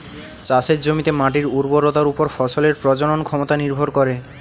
চাষের জমিতে মাটির উর্বরতার উপর ফসলের প্রজনন ক্ষমতা নির্ভর করে